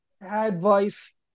advice